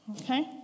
okay